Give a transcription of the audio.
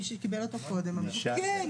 מי שקיבל אותו קודם --- כן,